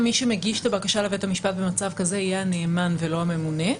מי שמגיש את הבקשה לבית המשפט במצב כזה יהיה הנאמן ולא הממונה.